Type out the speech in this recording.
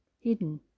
hidden